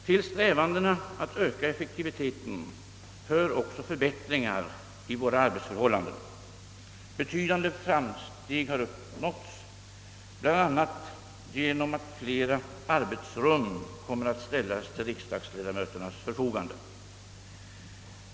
Till strävandena att öka effektiviteten hör också förbättringar i våra arbetsförhållanden. Betydande framsteg har uppnåtts bl.a. genom att fler arbetsrum kommer att ställas till riksdagsledamöternas förfogande.